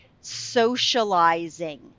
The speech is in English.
socializing